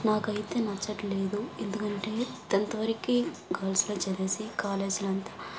నాకైతే నచ్చట్లేదు ఎందుకంటే టెంత్ వరకి గర్ల్స్లో చదివేసి కాలేజ్లంతా